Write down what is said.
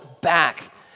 back